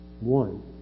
One